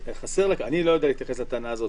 אני לא יודע להתייחס לטענה הזאת.